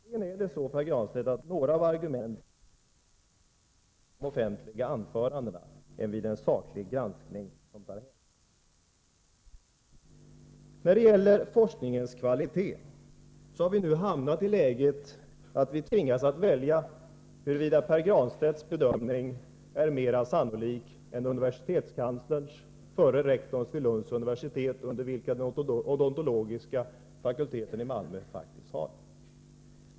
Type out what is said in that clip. Möjligen är det så, Pär Granstedt, att några av argumenten passar sig bättre i offentliga anföranden än vid en saklig granskning, som tar hänsyn till deras innebörd. När det gäller forskningens kvalitet har vi nu hamnat i det läget att vi tvingas välja huruvida Pär Granstedts bedömning är mer sannolik än universitetskanslerns, förre rektorns vid Lunds universitet, under vilken den odontologiska fakulteten i Malmö faktiskt hör.